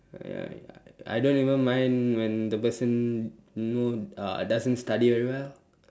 ya ya I don't even mind when the person you know uh doesn't study very well